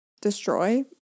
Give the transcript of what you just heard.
destroy